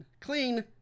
clean